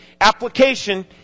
application